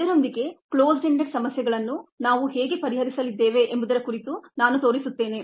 ಇದರೊಂದಿಗೆ closed ended ಸಮಸ್ಯೆಯನ್ನು ನಾವು ಹೇಗೆ ಪರಿಹರಿಸಲಿದ್ದೇವೆ ಎಂಬುದರ ಕುರಿತು ನಾನು ತೋರಿಸುತ್ತೇನೆ